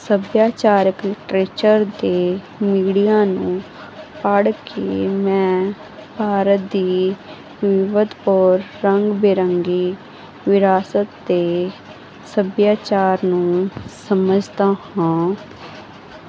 ਸਭਿਆਚਾਰ ਦੇ ਮੀਡੀਅਨ ਨੇ ਪੜ ਕੇ ਮੈਂ ਔਰ ਦੀਪਕ ਔਰ ਰੰਗ ਬਿਰੰਗੀ ਵਿਰਾਸਤ ਤੇ ਸੱਭਿਆਚਾਰ ਨੂੰ ਸਮਝਤਾ ਹਾਂ